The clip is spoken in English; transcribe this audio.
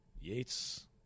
Yates